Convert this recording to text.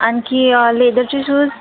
आणखी लेदरचे शूज